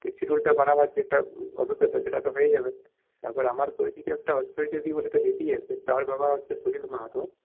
তুই শিডিউলটা বানাবার যেটা অভিজ্ঞতা সেটা তো হয়ে যাবে তারপর আমার পরিচিত একটা দিদি আছে তার বাবা হচ্ছে সুনীল মাহাতো